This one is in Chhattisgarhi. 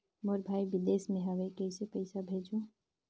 मोर भाई विदेश मे हवे कइसे पईसा भेजो?